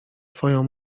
twoją